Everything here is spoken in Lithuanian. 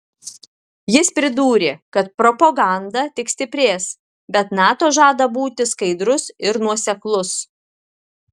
jis pridūrė kad propaganda tik stiprės bet nato žada būti skaidrus ir nuoseklus